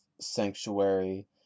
sanctuary